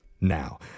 now